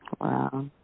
Wow